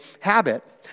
habit